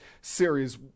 series